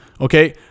Okay